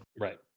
Right